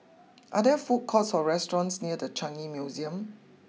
are there food courts or restaurants near the Changi Museum